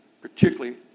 particularly